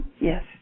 Yes